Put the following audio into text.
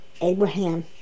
Abraham